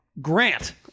Grant